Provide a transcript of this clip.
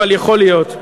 אבל יכול להיות.